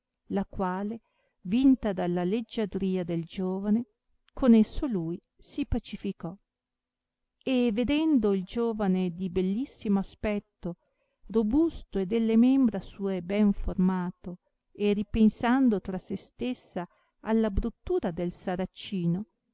la quale vinta dalla leggiadria del giovane con esso lui si pacificò e vedendo il giovane di bellissimo aspetto robusto e delle membra sue ben formato e ripensando tra se stessa alla bruttura del saracino